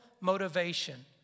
motivation